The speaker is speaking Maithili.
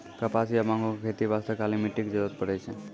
कपास या बांगो के खेती बास्तॅ काली मिट्टी के जरूरत पड़ै छै